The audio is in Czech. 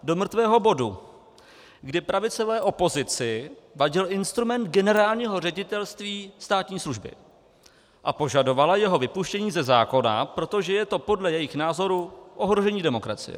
Do mrtvého bodu, kdy pravicové opozici vadil instrument Generálního ředitelství státní služby a požadovala jeho vypuštění ze zákona, protože je to podle jejích názorů ohrožení demokracie.